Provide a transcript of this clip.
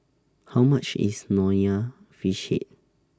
How much IS Nonya Fish Head